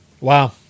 Wow